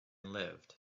lived